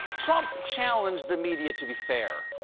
trump challenged the media to be fair.